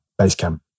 Basecamp